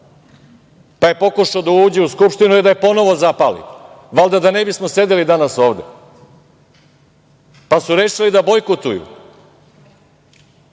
pa je pokušao da uđe u Skupštinu i da je ponovo zapali, valjda da ne bismo sedeli danas ovde, pa su rešili da bojkotuju,